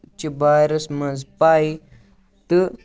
چہِ بارَس منٛز پَے تہٕ